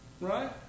right